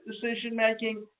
Decision-Making